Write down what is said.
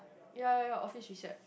ya ya ya office recep